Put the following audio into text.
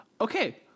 Okay